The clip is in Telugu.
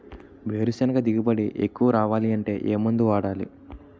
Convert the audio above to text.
వేరుసెనగ దిగుబడి ఎక్కువ రావాలి అంటే ఏ మందు వాడాలి?